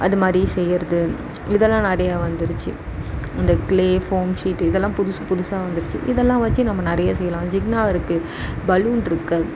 அது மாதிரியும் செய்யிறது இதெல்லாம் நிறைய வந்துருச்சு இந்த க்ளே ஃபோம் ஷீட் இதெல்லாம் புது புதுசாக வந்துருச்சு இதெல்லாம் வச்சு நம்ம நிறையா செய்யலாம் ஜிகினா இருக்குது பலூன் இருக்குது